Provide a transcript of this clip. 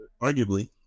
arguably